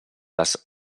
les